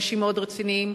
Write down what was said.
אנשים מאוד רציניים,